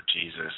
Jesus